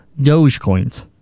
Dogecoins